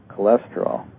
cholesterol